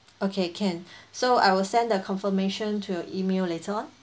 okay can so I will send the confirmation to your email later on